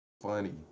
funny